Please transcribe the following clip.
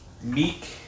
meek